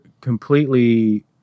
completely